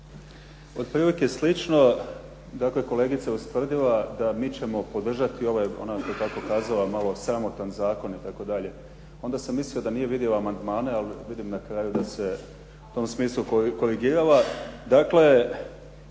Otprilike slično. Dakle, kolegica je ustvrdila da mi ćemo podržati ovaj ona je to tako kazala malo sramotan zakon itd. Onda sam mislio da nije vidjela amandmane, ali vidim da se na kraju u tom smislu korigirala.